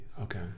Okay